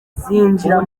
zinjira